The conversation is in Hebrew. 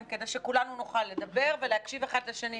כדי שכולנו נוכל לדבר ולהקשיב אחד לשני.